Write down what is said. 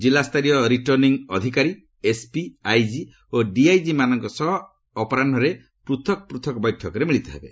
ଜିଲ୍ଲାସରୀୟ returning ଅଧିକାରୀ SP IG ଓ ଡିଆଇଜିମାନଙ୍କ ସହ ଅପରାହ୍ନରେ ପୂଥକ୍ ପୃଥକ୍ ବୈଠକରେ ମିଳିତ ହେବେ